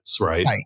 right